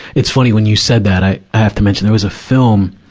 it's funny. when you said that, i, i have to mention, there was a film,